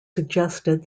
suggested